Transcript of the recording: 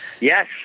Yes